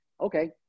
Okay